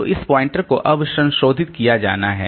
तो इस पॉइंटर को अब संशोधित किया जाना है